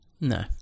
No